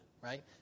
Right